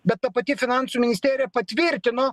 bet ta pati finansų ministerija patvirtino